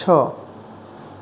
છ